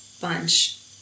bunch